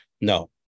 No